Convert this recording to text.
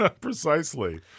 Precisely